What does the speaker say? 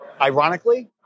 ironically